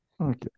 Okay